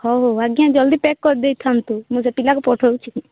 ହେଉ ହେଉ ଆଜ୍ଞା ଜଲ୍ଦି ପ୍ୟାକ୍ କରିଦେଇଥାନ୍ତୁ ମୁଁ ସେ ପିଲାକୁ ପଠାଉଛି